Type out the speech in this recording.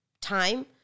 time